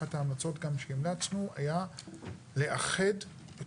אחת ההמלצות שהמלצנו כאן היא לאחד את